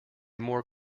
more